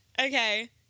okay